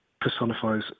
personifies